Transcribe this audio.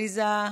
עליזה.